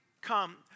come